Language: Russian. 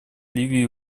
ливии